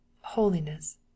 holiness